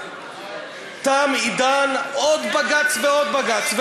תם עידן עוד בג"ץ ועוד בג"ץ.